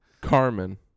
carmen